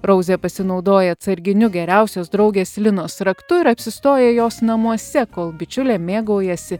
rouzė pasinaudoja atsarginiu geriausios draugės linos raktu ir apsistoja jos namuose kol bičiulė mėgaujasi